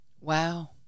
Wow